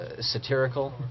satirical